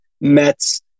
Mets